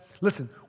Listen